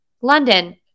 London